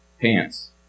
pants